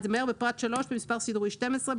בפרט 3 במספר סידורי 12,